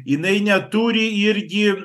jinai neturi irgi